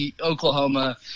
Oklahoma